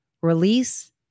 release